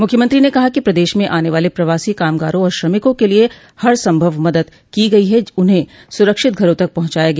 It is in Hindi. मुख्यमंत्री ने कहा कि प्रदेश में आने वाले प्रवासी कामगारों और श्रमिकों के लिये हर संभव मदद की गई है उन्हें सुरक्षित घरों तक पहुंचाया गया